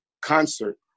concert